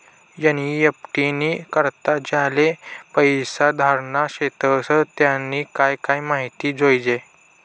NEFT नी करता ज्याले पैसा धाडना शेतस त्यानी काय काय माहिती जोयजे